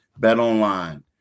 BetOnline